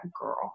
girl